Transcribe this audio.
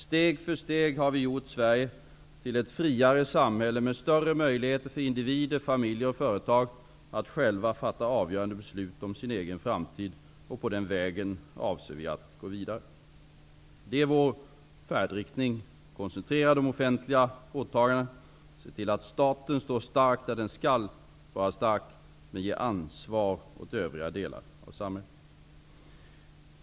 Steg för steg har vi gjort Sverige till ett friare samhälle med större möjligheter för individer, familjer och företag att själva fatta avgörande beslut om sin egen framtid. Och på den vägen avser vi att gå vidare. Detta är vår färdriktning. Vår avsikt är att koncentrera de offentliga åtagandena. Staten skall stå stark där den skall vara stark, men vi måste ge ansvar åt övriga delar av samhället.